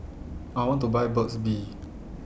I want to Buy Burt's Bee